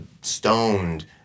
stoned